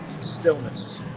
stillness